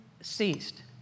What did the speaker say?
ceased